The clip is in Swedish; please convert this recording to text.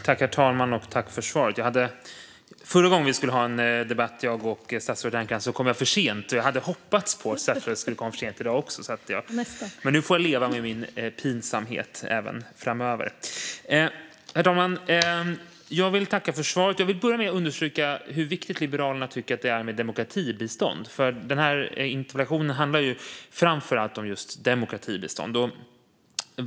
Herr talman! Tack för svaret, statsrådet! Förra gången vi skulle ha en debatt, jag och statsrådet Ernkrans, kom jag för sent. Jag hoppades att statsrådet skulle komma för sent i dag, men nu får jag leva med min pinsamhet även framöver. Herr talman! Jag vill börja med att understryka hur viktigt Liberalerna tycker att det är med demokratibistånd. Den här interpellationen handlar ju framför allt om demokratibistånd.